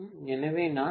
எனவே நான் 1 p